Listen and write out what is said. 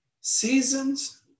seasons